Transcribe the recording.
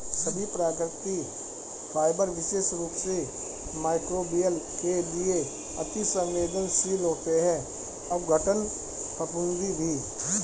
सभी प्राकृतिक फाइबर विशेष रूप से मइक्रोबियल के लिए अति सवेंदनशील होते हैं अपघटन, फफूंदी भी